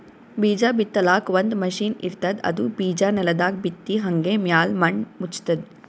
ಬೀಜಾ ಬಿತ್ತಲಾಕ್ ಒಂದ್ ಮಷಿನ್ ಇರ್ತದ್ ಅದು ಬಿಜಾ ನೆಲದಾಗ್ ಬಿತ್ತಿ ಹಂಗೆ ಮ್ಯಾಲ್ ಮಣ್ಣ್ ಮುಚ್ತದ್